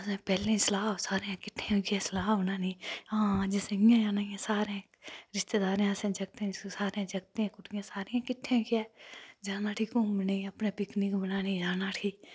पैह्लें सारे किट्ठे होइयै सलाह् बनानी हां असें अज्ज इ'यां जाना उत्थै सारे जागतें कुड़ियें किट्ठे होइयै जाना उठी घूमने गी पिकनिक बनाने गी जाना उठी